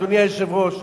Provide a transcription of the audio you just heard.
אדוני היושב-ראש,